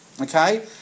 okay